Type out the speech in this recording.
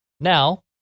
Now